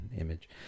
image